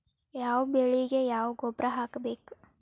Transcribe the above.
ಯಾವ ಬೆಳಿಗೆ ಯಾವ ಗೊಬ್ಬರ ಹಾಕ್ಬೇಕ್?